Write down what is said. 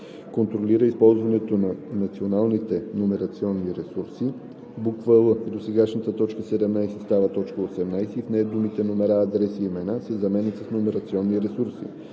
контролира използването на националните номерационни ресурси;“ л) досегашната т. 17 става т. 18 и в нея думите „номера, адреси и имена“ се заменят с „номерационни ресурси“;